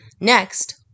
Next